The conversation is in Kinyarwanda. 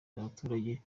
abaturage